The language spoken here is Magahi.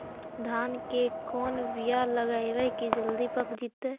धान के कोन बियाह लगइबै की जल्दी पक जितै?